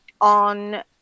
on